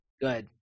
Good